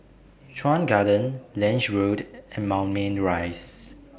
Chuan Garden Lange Road and Moulmein Rise